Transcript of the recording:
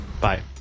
Bye